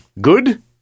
Good